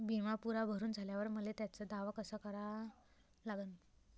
बिमा पुरा भरून झाल्यावर मले त्याचा दावा कसा करा लागन?